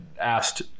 asked